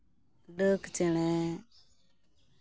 ᱰᱟᱹᱠ ᱪᱮᱬᱮ